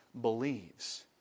believes